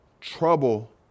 trouble